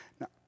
Now